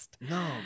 no